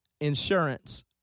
insurance